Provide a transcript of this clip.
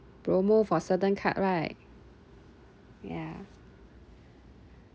promo for certain card right ya